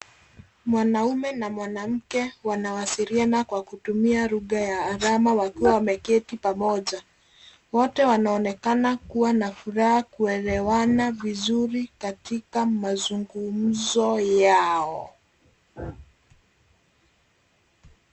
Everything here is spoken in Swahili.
Mwanaume na mwanamke wanawasiliana kwa kutumia lugha ya alama wakiwa wameketi pamoja. Wote wanaonekana kuwa na furaha kuelewana vizuri katika mazungumzo yao.